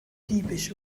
diebisch